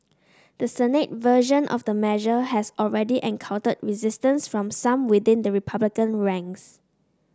the Senate version of the measure has already encountered resistance from some within the Republican ranks